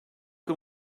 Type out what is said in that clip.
can